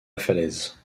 falaise